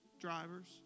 drivers